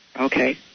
Okay